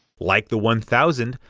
like the one thousand,